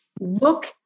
look